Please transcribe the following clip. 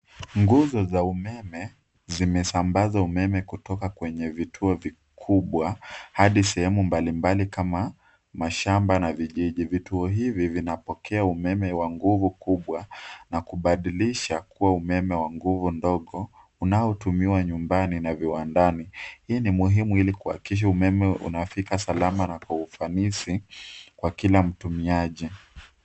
Nguzo za umeme zimesambaza umeme kutoka kwenye vituo vikubwa hadi sehemu mbalimbali kama mashamba na vijiji. Vituo hivi vinapokea umeme wa nguvu kubwa na kubadilisha kuwa umeme wa nguvu ndogo unaotumiwa nyumbani na viwandani. Hii ni muhimu ili kuhakikisha umeme unafika salama na kwa ufanisi kwa kila mtumiaji.